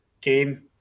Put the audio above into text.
game